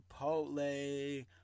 Chipotle